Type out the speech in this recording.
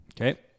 Okay